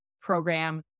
program